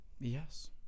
Yes